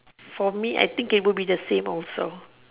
for me I think it will be the same also